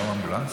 באו אמבולנסים?